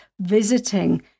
visiting